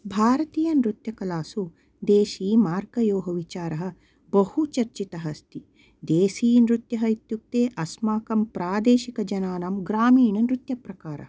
भारतीय नृत्यकलासु देशी मार्गयोः विचारः बहु चर्चितः अस्ति देसीनृत्यः इत्युक्ते अस्माकं प्रादेशिकजनानां ग्रामीणनृत्य प्रकारः